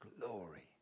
glory